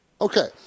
Okay